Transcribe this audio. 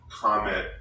comment